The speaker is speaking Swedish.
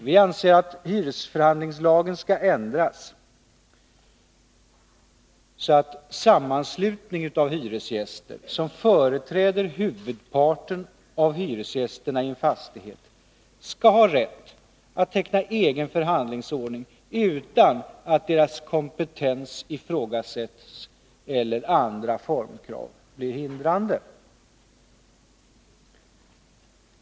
Vi anser att hyresförhandlingslagen skall ändras, så att sammanslutning av hyresgäster som företräder huvudparten av hyresgästerna i en fastighet skall ha rätt att teckna egen förhandlingsordning utan att dess kompetens ifrågasätts eller andra formkrav blir hindrande.